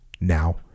now